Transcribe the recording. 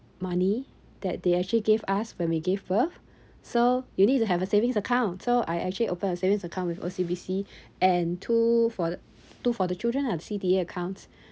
money that they actually give us when we give birth so you need to have a savings account so I actually open a savings account with O_C_B_C and two for the two for the children ah the C_D_A accounts